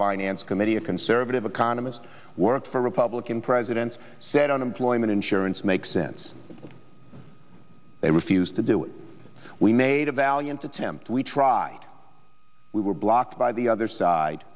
finance committee a conservative economist worked for republican presidents said unemployment insurance makes sense but they refused to do it we made a valiant attempt we tried we were blocked by the other side